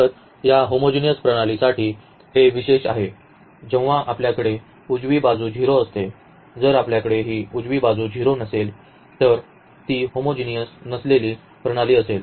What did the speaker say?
तर या होमोजिनिअस प्रणालीसाठी हे विशेष आहे जेव्हा आपल्याकडे उजवी बाजू 0 असते जर आपल्याकडे ही उजवी बाजू 0 नसेल तर जर ती होमोजिनिअस नसलेली प्रणाली असेल